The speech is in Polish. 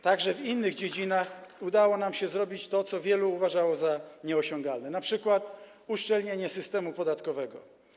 Także w innych dziedzinach udało nam się zrobić to, co wielu uważało za nieosiągalne, np. uszczelnienie systemu podatkowego.